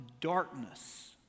darkness